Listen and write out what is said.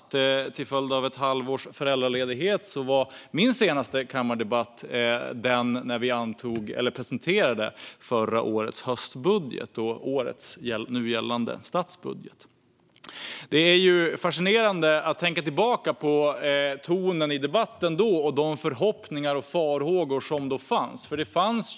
Till följd av ett halvårs föräldraledighet var min senaste kammardebatt den då vi presenterade förra årets höstbudget, det vill säga nu gällande statsbudget. Det är fascinerande att tänka tillbaka på tonen i den debatten och de förhoppningar och farhågor som fanns.